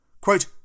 Quote